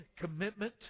commitment